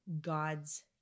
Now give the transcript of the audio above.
God's